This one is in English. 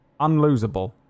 unlosable